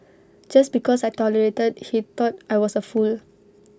just because I tolerated he thought I was A fool